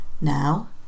Now